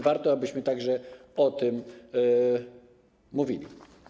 Warto, abyśmy także o tym mówili.